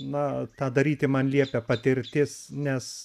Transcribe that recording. na tą daryti man liepia patirtis nes